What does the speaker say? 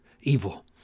evil